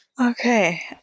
Okay